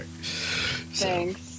Thanks